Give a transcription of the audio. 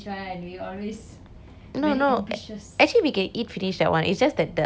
no no actually we can eat finish that one it's just that the spice is the one couldn't